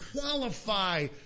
qualify